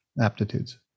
aptitudes